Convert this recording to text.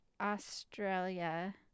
Australia